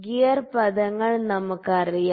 gear പദങ്ങൾ നമുക്കറിയാം